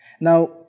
Now